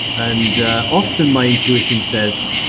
and often, my intuition says,